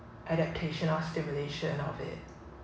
educational stimulation